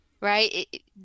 right